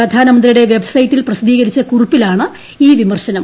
പ്രധാനമന്ത്രിയുടെ വെബ്സൈറ്റിൽ പ്രസിദ്ധീകരിച്ച് കുറിപ്പിലാണ് ഈ വിമർശനം